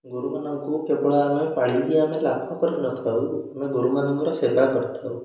ଗୋରୁମାନଙ୍କୁ କେବଳ ଆମେ ପାଳିକି ଆମେ ଲାଭ କରି ନଥାଉ ଆମେ ଗୋରୁମାନଙ୍କର ସେବା କରିଥାଉ